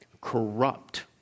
corrupt